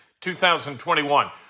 2021